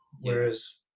Whereas